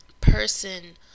person